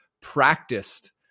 practiced